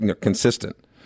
consistent